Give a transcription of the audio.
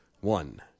one